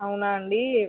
అవునా అండి